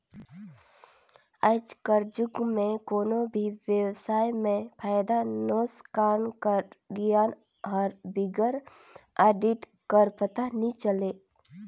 आएज कर जुग में कोनो भी बेवसाय में फयदा नोसकान कर गियान हर बिगर आडिट कर पता नी चले